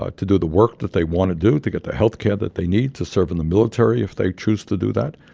ah to do the work that they want to do, to get the health care that they need, to serve in the military if they choose to do that,